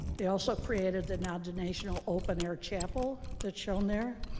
they also created the nondenomenational open air chapel that's shown there.